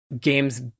games